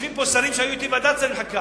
יושבים פה שרים שהיו אתי בוועדת שרים לחקיקה.